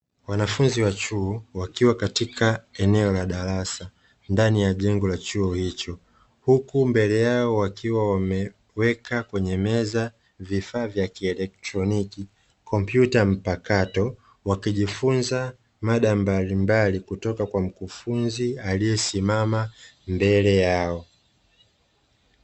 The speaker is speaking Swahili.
Wanafunzi wa chuo wakiwa katika eneo la darasa ndani ya jengo la chuo hicho, huku mbele yao wakiwa wameweka kwenye meza vifaa vya kielektroniki, kompyuta mpakato wakijifunza mada mbalimbali kutoka kwa mkufunzi aliyesimama mbele yao.